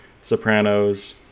sopranos